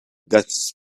guests